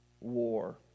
war